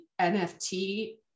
NFT